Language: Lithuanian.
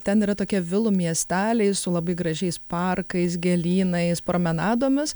ten yra tokie vilų miesteliai su labai gražiais parkais gėlynais promenadomis